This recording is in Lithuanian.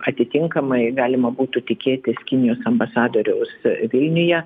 atitinkamai galima būtų tikėtis kinijos ambasadoriaus vilniuje